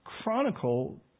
chronicle